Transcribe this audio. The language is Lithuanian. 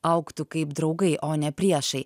augtų kaip draugai o ne priešai